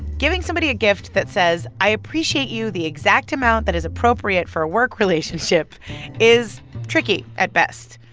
giving somebody a gift that says, i appreciate you the exact amount that is appropriate for a work relationship is tricky at best.